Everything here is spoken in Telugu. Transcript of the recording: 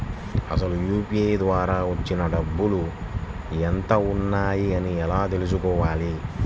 అసలు యూ.పీ.ఐ ద్వార వచ్చిన డబ్బులు ఎంత వున్నాయి అని ఎలా తెలుసుకోవాలి?